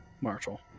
Marshall